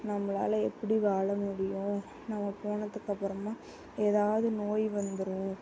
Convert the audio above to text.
நம்மளால எப்படி வாழ முடியும் நம்ம போனதுக்கப்புறமாக ஏதாவது நோய் வந்துடும்